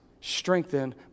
strengthen